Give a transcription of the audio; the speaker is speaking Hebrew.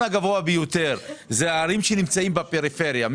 הגבוה ביותר זה הערים שנמצאות בפריפריה,